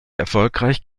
erfolgreich